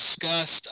discussed